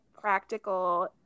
practical